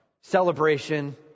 Celebration